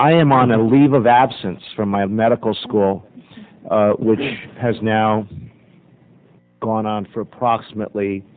am on a leave of absence from my medical school which has now gone on for approximately